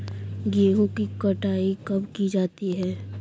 गेहूँ की कटाई कब की जाती है?